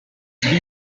bill